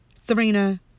Serena